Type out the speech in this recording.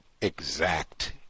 exact